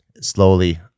Slowly